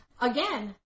Again